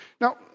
Now